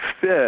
fit